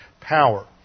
power